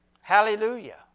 Hallelujah